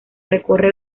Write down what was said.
recorre